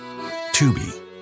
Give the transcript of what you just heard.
Tubi